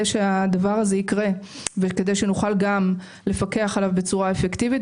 שהדבר הזה יקרה וכדי שנוכל גם לפקח עליו בצורה אפקטיבית.